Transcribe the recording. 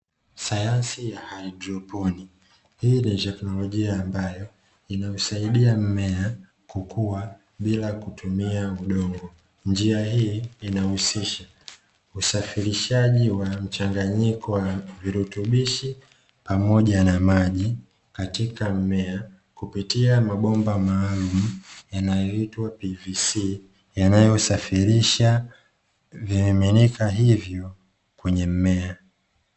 Sayansi ya haidroponi hii ni teknolojia ambayo inayousaidia mmea kukua bila kutumia udongo; njia hii inahusisha usafirishaji wa mchanganyiko wa virutubishi pamoja na maji katika mmea kupitia mabomba maalumu, yanayoitwa "PVC" yanayosafirisha vimiminika hivyo kwenye mmea.